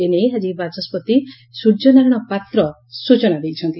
ଏ ନେଇ ଆଜି ବାଚସ୍ତି ସ୍ୱର୍ଯ୍ୟ ନାରାୟଣ ପାତ୍ର ସ୍ୱଚନା ଦେଇଛନ୍ତି